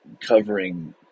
covering